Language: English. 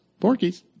Porkies